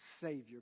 Savior